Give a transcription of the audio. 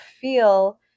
feel